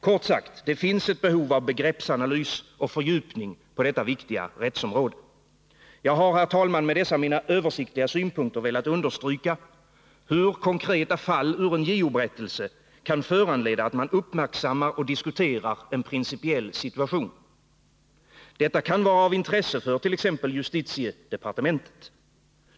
Kort sagt: Det finns ett behov av begreppsanalys och fördjupning på detta viktiga rättsområde. Jag har, herr talman, med mina översiktliga synpunkter velat understryka hur konkreta fall ur en JO-berättelse kan föranleda att man uppmärksammar och diskuterar en principiell situation. Detta kan vara av intresse för t.ex. justitiedepartementet.